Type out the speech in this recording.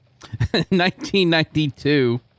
1992